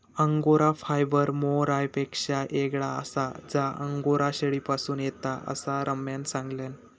angora fibre मोहायरपेक्षा येगळा आसा जा अंगोरा शेळीपासून येता, असा रम्यान सांगल्यान